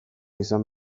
izan